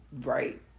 Right